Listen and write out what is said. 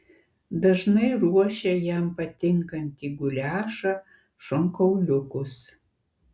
dažnai ruošia jam patinkantį guliašą šonkauliukus